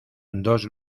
dos